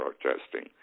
protesting